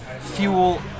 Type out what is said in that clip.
fuel